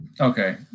Okay